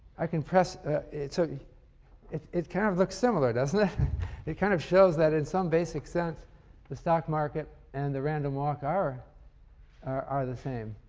i can press it so it kind of looks similar, doesn't it? it kind of shows that in some basic sense the stock market and the random walk are are the same.